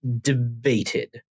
debated